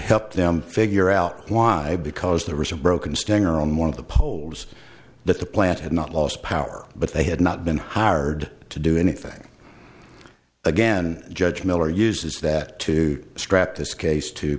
help them figure out why because the recent broken stinger on one of the poles that the plant had not lost power but they had not been hired to do anything again judge miller uses that to scrap this case to